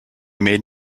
made